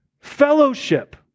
fellowship